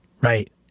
right